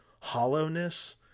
hollowness